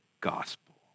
gospel